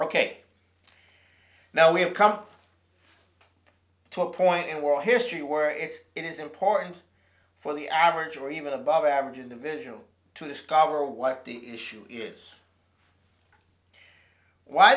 k now we have come up to a point in war history where it is important for the average or even above average individual to discover what the issue is why